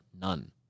None